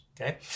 okay